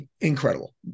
incredible